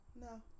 No